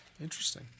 Interesting